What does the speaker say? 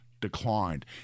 declined